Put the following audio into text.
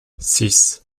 six